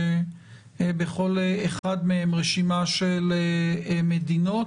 כשבכל אחד מהם רשימה של מדינות.